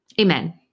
Amen